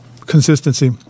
Consistency